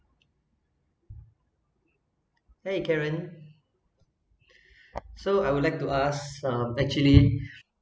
!hey! karen so I would like to ask uh actually